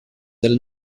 del